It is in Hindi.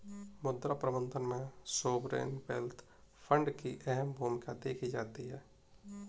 मुद्रा प्रबन्धन में सॉवरेन वेल्थ फंड की अहम भूमिका देखी जाती है